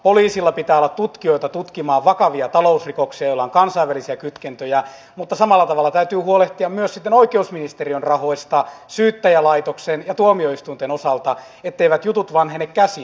poliisilla pitää olla tutkijoita tutkimaan vakavia talousrikoksia joilla on kansainvälisiä kytkentöjä mutta samalla tavalla täytyy huolehtia myös sitten oikeusministeriön rahoista syyttäjälaitoksen ja tuomioistuinten osalta etteivät jutut vanhene käsiin